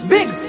Big